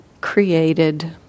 created